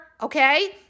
okay